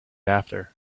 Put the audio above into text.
after